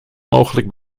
mogelijk